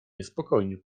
niespokojnie